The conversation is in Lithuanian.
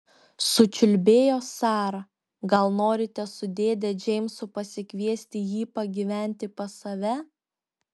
sučiulbėjo sara gal norite su dėde džeimsu pasikviesti jį pagyventi pas save